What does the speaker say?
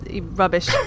rubbish